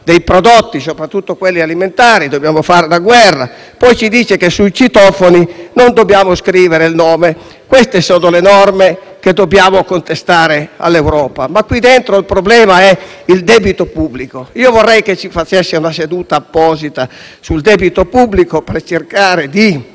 dei prodotti, soprattutto quelli alimentari e dobbiamo fare la guerra. Ci dice, ancora, che sui citofoni non dobbiamo scrivere il nome. Queste sono le misure che dobbiamo contestare all'Europa. Qui dentro, però, il problema è il debito pubblico. Io vorrei che si facesse un'apposita discussione sul debito pubblico per cercare di